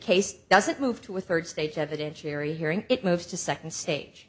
case doesn't move to a third stage evidence cherry hearing it moves to second stage